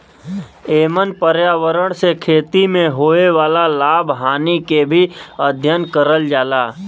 एमन पर्यावरण से खेती में होए वाला लाभ हानि के भी अध्ययन करल जाला